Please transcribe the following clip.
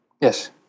Yes